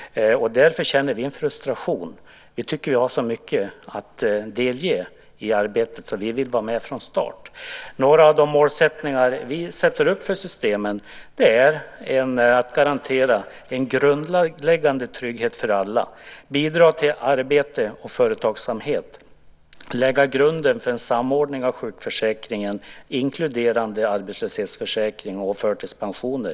Därför känner vi frustration. Vi tycker att vi har så mycket att delge i arbetet att vi vill vara med från start. Några av de målsättningar vi har för systemen är att garantera en grundläggande trygghet för alla, bidra till arbete och företagsamhet och lägga grunden för en samordning av sjukförsäkringen, inkluderande arbetslöshetsförsäkring och förtidspensioner.